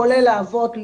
כולל האבות,